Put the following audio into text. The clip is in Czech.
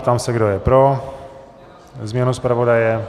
Ptám se, kdo je pro změnu zpravodaje.